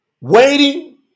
waiting